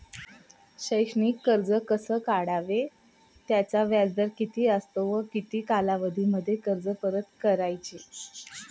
शैक्षणिक कर्ज कसे काढावे? त्याचा व्याजदर किती असतो व किती कालावधीमध्ये कर्ज परत करायचे?